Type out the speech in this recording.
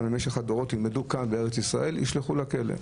במשך הדורות בארץ ישראל יישלחו לכלא.